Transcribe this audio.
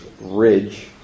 ridge